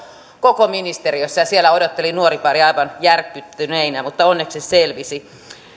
koko ministeriössä ja siellä odotteli nuoripari aivan järkyttyneenä mutta onneksi selvisi että